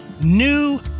new